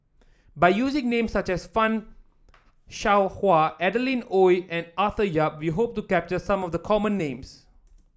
by using names such as Fan Shao Hua Adeline Ooi and Arthur Yap we hope to capture some of the common names